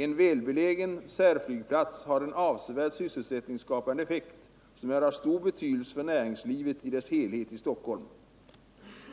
En välbelägen närflygplats har en avsevärd sysselsättningsskapande effekt som är av stor betydelse för näringslivet i dess helhet i Stockholm.”